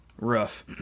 Rough